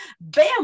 bam